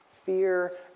fear